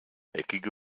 eckige